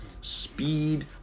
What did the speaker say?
speed